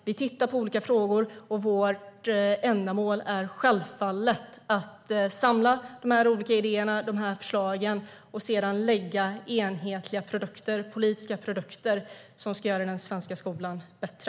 Vi tittar nu på olika frågor, och vårt mål är självfallet att samla de olika idéerna och förslagen och sedan lägga fram enhetliga politiska produkter som ska göra den svenska skolan bättre.